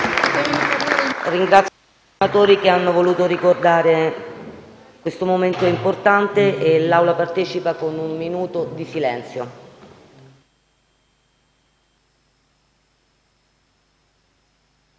Ringrazio i senatori che hanno voluto ricordare questo momento importante a cui l'Assemblea partecipa con un minuto di silenzio.